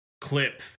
clip